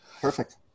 Perfect